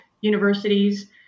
universities